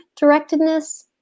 directedness